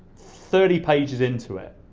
thirty pages into it.